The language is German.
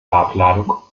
farbladung